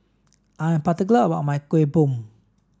I'm particular about my Kueh Bom